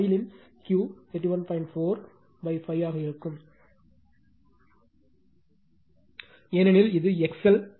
4 5 ஆக இருக்கும் ஏனெனில் இது XL 31